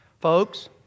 Folks